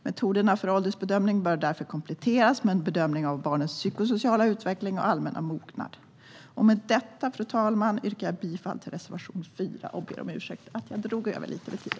Metoderna för åldersbedömning bör därför kompletteras med en bedömning av barnets psykosociala utveckling och allmänna mognad. Med detta, fru talman, yrkar jag bifall till reservation 4. Jag ber om ursäkt för att jag drog över tiden lite.